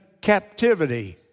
captivity